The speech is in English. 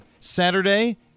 Saturday